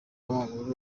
w’amaguru